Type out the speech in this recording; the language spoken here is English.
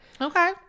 okay